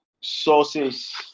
sources